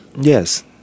Yes